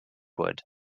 wood